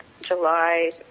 July